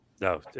No